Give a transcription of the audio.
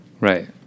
Right